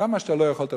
כמה שאתה לא יכול.